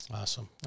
Awesome